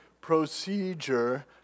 procedure